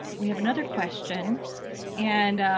we have another question and